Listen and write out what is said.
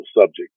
subject